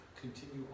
continue